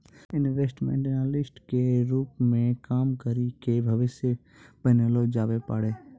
investment analyst के रूपो मे काम करि के भविष्य बनैलो जाबै पाड़ै